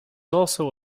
also